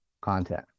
content